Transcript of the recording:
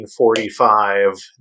1945